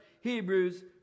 Hebrews